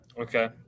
Okay